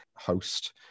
host